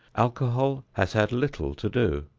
alcohol has had little to do.